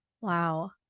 Wow